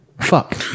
Fuck